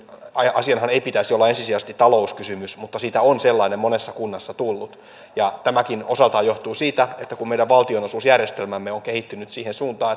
asianhan ei pitäisi olla ensisijaisesti talouskysymys mutta siitä on sellainen monessa kunnassa tullut tämäkin osaltaan johtuu siitä että meidän valtionosuusjärjestelmämme on kehittynyt siihen suuntaan